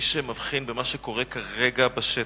מי שמבחין במה שקורה כרגע בשטח,